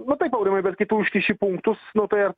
va taip aurimai bet kai tu užkiši punktus nu ar